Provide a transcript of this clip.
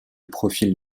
profil